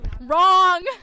wrong